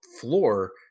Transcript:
floor